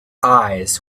eyes